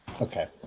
Okay